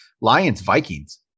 Lions-Vikings